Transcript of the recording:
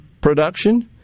production